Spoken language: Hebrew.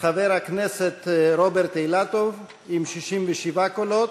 חבר הכנסת רוברט אילטוב, עם 67 קולות,